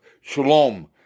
shalom